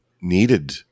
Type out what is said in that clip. needed